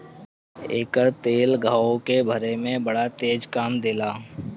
एकर तेल घाव के भरे में बड़ा तेज काम देला